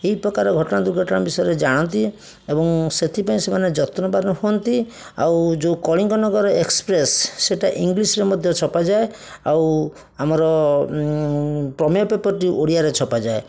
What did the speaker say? ଏଇପ୍ରକାର ଘଟଣା ଦୁର୍ଘଟଣା ବିଷୟରେ ଜାଣନ୍ତି ଏବଂ ସେଥିପାଇଁ ସେମାନେ ଯତ୍ନବାନ ହୁଅନ୍ତି ଆଉ କଳିଙ୍ଗନଗର ଏକ୍ସପ୍ରେସ୍ ସେଇଟା ଇଂଗଲିସରେ ମଧ୍ୟ ଛପାଯାଏ ଆଉ ଆମର ପ୍ରମେୟ ପେପର୍ଟି ଓଡ଼ିଆରେ ଛପାଯାଏ